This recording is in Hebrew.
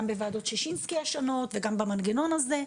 בוועדות ששינסקי השונות וגם במנגנון הזה.